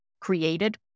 created